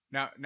Now